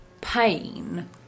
pain